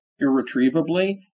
irretrievably